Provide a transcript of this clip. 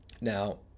Now